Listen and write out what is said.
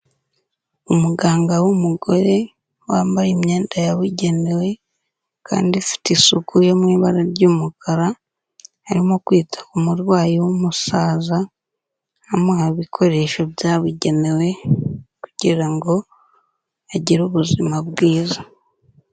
Umuganga w'umugore wambaye imyenda yabugenewe, kandi ifite isuku yo mu ibara ry'umukara, arimo kwita ku murwayi w'umusaza amuha ibikoresho byabugenewe, kugira ngo agire ubuzima bwiza.